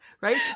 Right